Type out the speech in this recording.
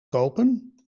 kopen